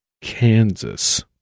Kansas